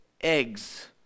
eggs